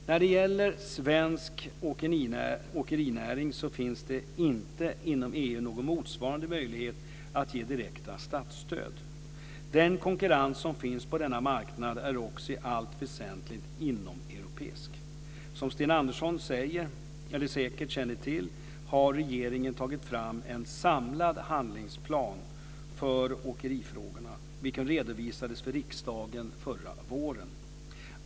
När det gäller svensk åkerinäring finns det inte inom EU någon motsvarande möjlighet att ge direkta statsstöd. Den konkurrens som finns på denna marknad är också i allt väsentligt inomeuropeisk. Som Sten Andersson säkert känner till har regeringen tagit fram en samlad handlingsplan för åkerifrågorna, vilken redovisades för riksdagen förra våren.